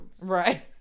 right